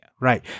right